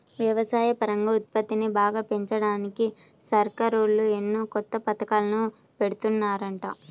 వ్యవసాయపరంగా ఉత్పత్తిని బాగా పెంచడానికి సర్కారోళ్ళు ఎన్నో కొత్త పథకాలను పెడుతున్నారంట